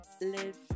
live